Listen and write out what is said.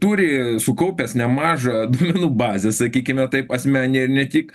turi sukaupęs nemažą duomenų bazę sakykime taip asmeninę ir ne tik